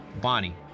Bonnie